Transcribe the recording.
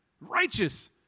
Righteous